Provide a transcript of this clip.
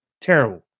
terrible